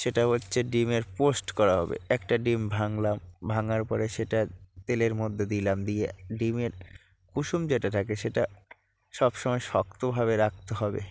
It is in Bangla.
সেটা হচ্চে ডিমের পোচ করা হবে একটা ডিম ভাঙলাম ভাঙার পরে সেটা তেলের মধ্যে দিলাম দিয়ে ডিমের কুসুম যেটা থাকে সেটা সবসময় শক্তভাবে রাখতে হবে